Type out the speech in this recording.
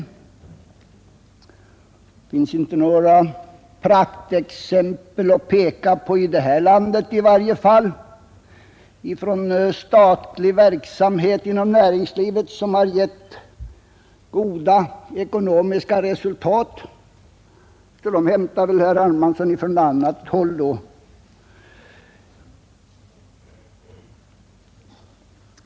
Det finns inte några praktexempel att peka på i det här landet från statlig verksamhet inom näringslivet som har givit goda ekonomiska resultat, så herr Hermansson hämtar väl sina exempel från annat håll.